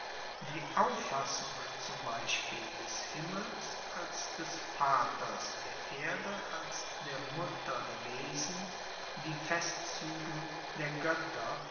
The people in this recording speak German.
die auffassung zum beispiel des himmels als des vaters der erde als der mutter der wesen die festzuege der goetter